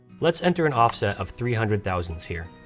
let's enter an offset of three hundred thousands here,